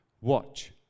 watch